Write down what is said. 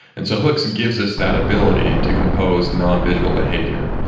and so hooks gives us that ability to compose non-visual behavior.